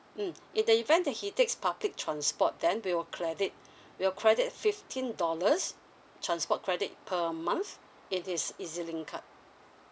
mm in the event that he takes public transport then we will credit we will credit fifteen dollars transport credit per month in his ezlink card